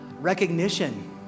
recognition